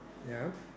ya